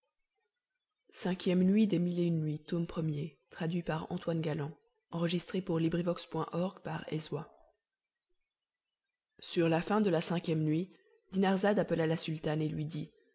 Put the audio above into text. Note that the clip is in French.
vers la fin de la dix-neuvième nuit dinarzade appela la sultane et lui dit